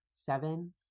seven